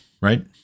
right